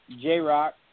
J-Rock